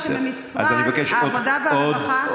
אני רוצה לומר לך שבמשרד העבודה והרווחה,